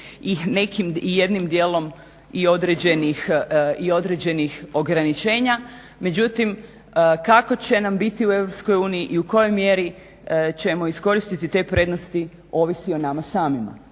i jednim dijelom i određenih ograničenja, međutim kako će nam biti u Europskoj uniji i u kojoj mjeri ćemo iskoristiti te prednosti ovisi o nama samima,